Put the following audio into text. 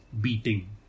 beating